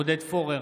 עודד פורר,